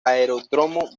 aeródromo